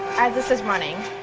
as this is running.